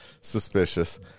suspicious